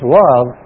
love